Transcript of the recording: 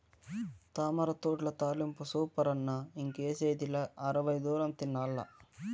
తామరతూడ్ల తాలింపు సూపరన్న ఇంకేసిదిలా అరవై దూరం తినాల్ల